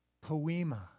poema